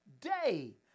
Day